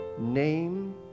name